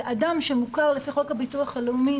אדם שמוכר על פי חוק הביטוח הלאומי,